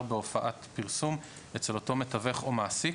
בהופעת פרסום אצל אותו מתווך או מעסיק,